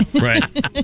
Right